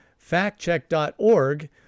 factcheck.org